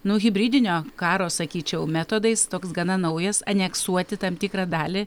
nu hibridinio karo sakyčiau metodais toks gana naujas aneksuoti tam tikrą dalį